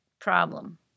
problem